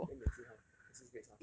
then mei qi how mei qi's grades how